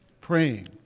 Praying